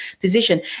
position